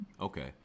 okay